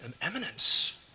eminence